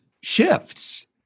shifts